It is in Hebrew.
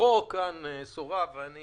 רוחו כאן שורה ואני